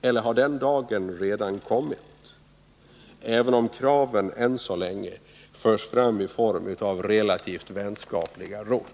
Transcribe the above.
Eller har den dagen redan kommit, även om kraven än så länge förs fram i form av relativt vänskapliga råd?